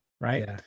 right